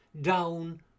Down